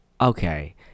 okay